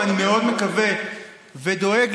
ואני מאוד מקווה ודואג,